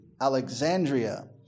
Alexandria